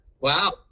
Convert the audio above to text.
Wow